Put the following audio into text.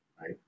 right